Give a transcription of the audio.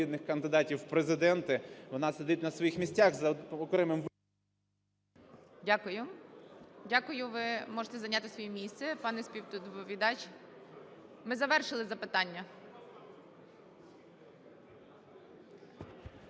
Дякую. Дякую, ви можете зайняти своє місце, пане співдоповідач. Ми завершили запитання.